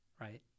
right